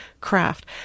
craft